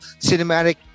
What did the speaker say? Cinematic